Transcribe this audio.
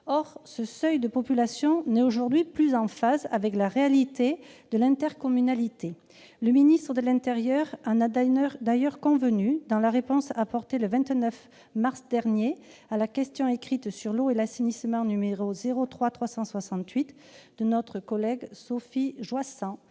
Or ce seuil de population n'est aujourd'hui plus en phase avec la réalité de l'intercommunalité. Le ministère de l'intérieur en est d'ailleurs convenu dans la réponse qu'il a apportée, le 29 mars dernier, à la question écrite sur l'eau et l'assainissement n° 03368 de notre collègue Sophie Joissains.